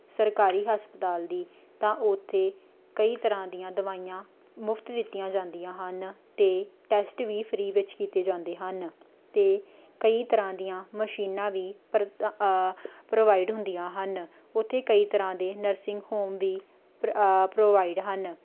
ਸਰਕਾਰੀ ਹਸਪਤਾਲ ਦੀ ਤਾਂ ਉੱਥੇ ਕਈ ਤਰ੍ਹਾਂ ਦੀਆਂ ਦਵਾਈਆਂ ਮੁਫਤ ਦਿੱਤੀਆਂ ਜਾਂਦੀਆਂ ਹਨ ਅਤੇ ਟੈਸਟ ਵੀ ਫਰੀ ਵਿੱਚ ਕੀਤੇ ਜਾਂਦੇ ਹਨ ਅਤੇ ਕਈ ਤਰ੍ਹਾਂ ਦੀਆਂ ਮਸ਼ੀਨਾਂ ਵੀ ਪਰਤਾ ਪ੍ਰੋਵਾਈਡ ਹੁੰਦੀਆਂ ਹਨ ਉੱਥੇ ਕਈ ਤਰ੍ਹਾਂ ਦੇ ਨਰਸਿੰਗ ਹੋਮ ਵੀ ਪਰ ਪ੍ਰੋਵਾਈਡ ਹਨ